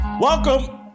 Welcome